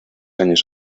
años